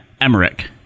Emmerich